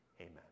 Amen